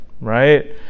right